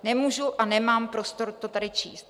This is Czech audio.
Nemůžu a nemám prostor to tady číst.